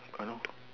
I know